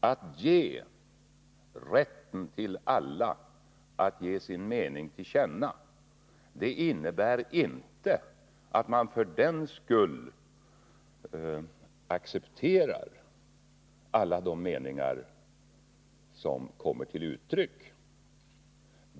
Att låta alla ha rätten att ge sin mening till känna innebär inte att man för den skull accepterar alla de meningar som kommer till uttryck.